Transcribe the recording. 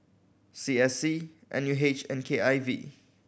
C S C N U H and K I V